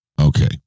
Okay